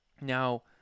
Now